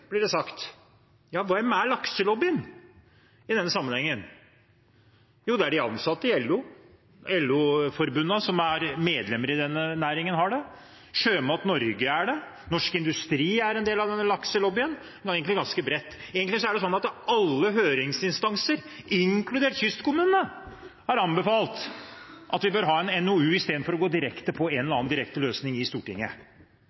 blir det sagt. Ja, hvem er lakselobbyen i denne sammenhengen? Jo, det er de ansatte i LO-forbundene, som er medlemmer i denne næringen, Sjømat Norge er det, Norsk Industri er en del av denne lakselobbyen – det er egentlig ganske bredt. Det er sånn at alle høringsinstanser, inkludert kystkommunene, har anbefalt at vi bør ha en NOU istedenfor å gå på en